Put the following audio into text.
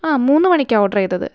ആ മൂന്ന് മണിക്കാണ് ഓര്ഡറ് ചെയ്തത്